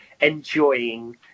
enjoying